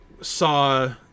saw